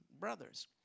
brothers